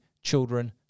children